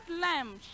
lamb